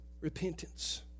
repentance